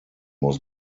was